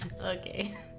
Okay